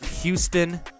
Houston